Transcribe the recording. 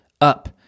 up